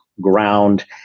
ground